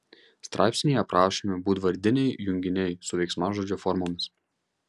straipsnyje aprašomi būdvardiniai junginiai su veiksmažodžio formomis